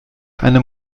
eine